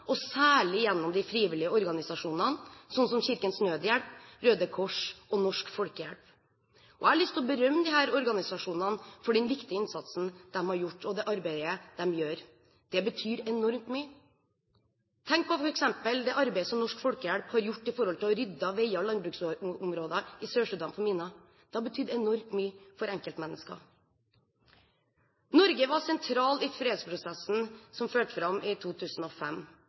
og særlig gjennom de frivillige organisasjonene, som Kirkens Nødhjelp, Røde Kors og Norsk Folkehjelp. Jeg har lyst til å berømme disse organisasjonene for den viktige innsatsen de har gjort, og det arbeidet de gjør. Det betyr enormt mye. Tenk på f.eks. det arbeidet som Norsk Folkehjelp har gjort med å rydde veier og landbruksområder i Sør-Sudan for miner. Det har betydd enormt mye for enkeltmennesker. Norge var sentral i fredsprosessen som førte fram i 2005.